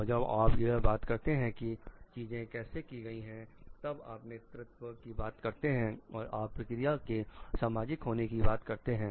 और जब आप यह बात करते हैं की चीजें कैसे की गई है तब आप नेतृत्व नेतृत्व की बात करते हैं और आप प्रक्रिया के सामाजिक होने की बात करते हैं